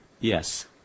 Yes